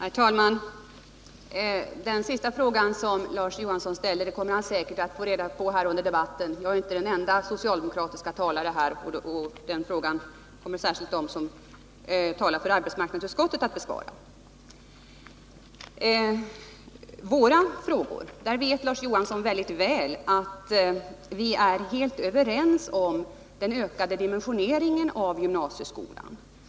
Herr talman! Den sista frågan som Larz Johansson ställde kommer han att få svar på senare under den här debatten. Jag är inte den enda socialdemokratiska talaren här. Den här frågan kommer särskilt de som talar för arbetsmarknadsutskottet att besvara. Beträffande utbildningsutskottets frågor vet Larz Johansson mycket väl att vi är helt överens om den ökade dimensioneringen av gymnasieskolan.